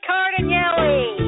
Cardinelli